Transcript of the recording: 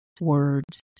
words